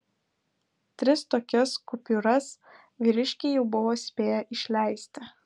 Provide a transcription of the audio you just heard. tris tokias kupiūras vyriškiai jau buvo spėję išleisti